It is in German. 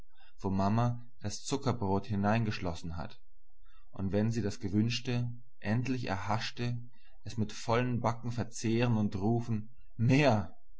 mama das zuckerbrot hineingeschlossen hat und wenn sie das gewünschte endlich erhaschen es mit vollen backen verzehren und rufen mehr